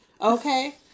Okay